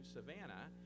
Savannah